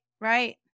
right